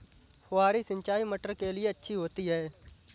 फुहारी सिंचाई मटर के लिए अच्छी होती है?